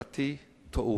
לדעתי זאת טעות,